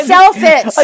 Selfish